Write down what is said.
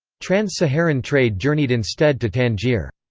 trans-saharan trade journeyed instead to tangier.